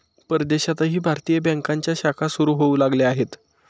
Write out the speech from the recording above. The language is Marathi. परदेशातही भारतीय बँकांच्या शाखा सुरू होऊ लागल्या आहेत